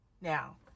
now